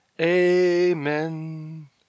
amen